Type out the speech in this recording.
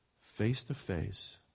Face-to-face